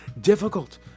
difficult